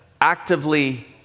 Actively